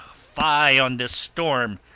fie on this storm!